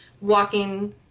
walking